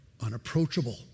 unapproachable